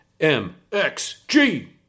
MXG